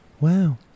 Wow